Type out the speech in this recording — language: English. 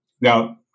now